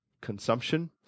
consumption